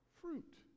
fruit